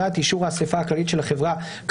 תקנה 2א לתקנות העיקריות יבוא: "עסקה חריגה של חברה ציבורית